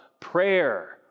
prayer